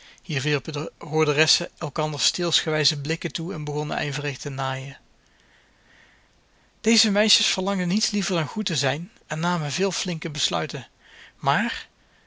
hier wierpen de hoorderessen elkander steelsgewijze blikken toe en begonnen ijverig te naaien deze meisjes verlangden niets liever dan goed te zijn en namen veel flinke besluiten maar ze